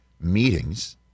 meetings